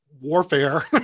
warfare